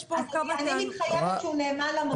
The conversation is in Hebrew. אני מתחייבת שהוא נאמן למקור.